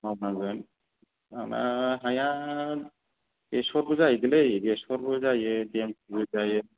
मावनांगोन आंना हाया बेसरबो जायो लै बेसरबो जायो देमसिबो जायो